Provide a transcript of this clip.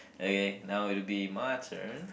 okay now it will be my turn